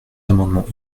amendements